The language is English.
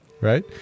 right